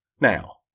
Now